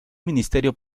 ministerio